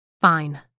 Fine